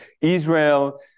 Israel—